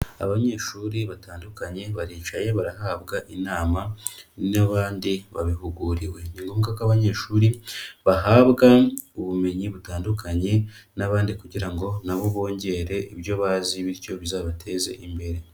Abanyeshuri batandukanye baricaye, barahabwa inama n'abandi babihuguriwe. ni ngombwa ko abanyeshuri, bahabwa ubumenyi butandukanye n'abandi kugira ngo nabo bongere ibyo bazi, bityo bizabateze imbere.